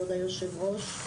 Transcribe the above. כבוד היושב-ראש,